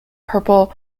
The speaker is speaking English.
purple